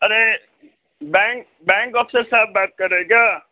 ارے bank bank officer صاحب بات کر رہے ہیں کیا